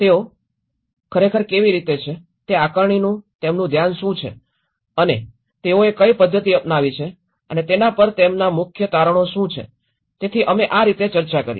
તેઓ ખરેખર કેવી રીતે છે તે આકારણીનું તેમનું ધ્યાન શું છે અને તેઓએ કઈ પદ્ધતિ અપનાવી છે અને તેના પર તેમના મુખ્ય તારણો શું છે તેથી અમે આ રીતે ચર્ચા કરી